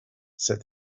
said